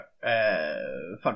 fun